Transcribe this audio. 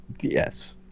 Yes